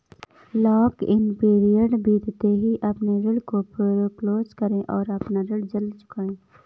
lock in period बीतते ही अपने ऋण को फोरेक्लोज करे और अपना ऋण जल्द चुकाए